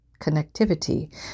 connectivity